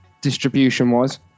distribution-wise